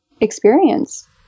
experience